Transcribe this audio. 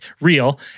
real